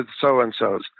so-and-sos